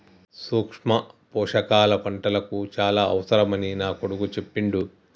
సూక్ష్మ పోషకాల పంటలకు చాల అవసరమని నా కొడుకు చెప్పిండు